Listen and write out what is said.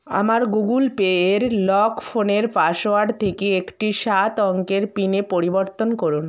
আমার Google Pay এর lock ফোনের পাসওয়ার্ড থেকে একটি সাত অঙ্কের পিনে পরিবর্তন করুন